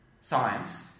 science